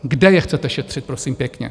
Kde je chcete šetřit, prosím pěkně?